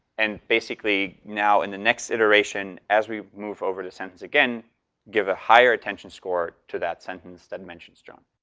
and basically now, in the next iteration as we move over the sentence again give a higher attention score to that sentence that mentions john.